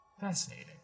Fascinating